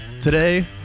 Today